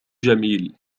جميل